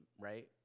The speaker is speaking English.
right